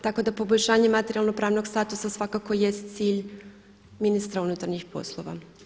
Tako da poboljšanje materijalno-pravnog statusa svakako jest cilj ministra unutarnjih poslova.